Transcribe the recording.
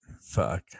Fuck